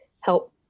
help